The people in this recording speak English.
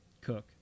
Cook